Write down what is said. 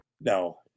no